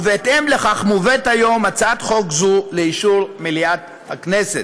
ובהתאם לכך מובאת היום הצעת חוק זו לאישור מליאת הכנסת.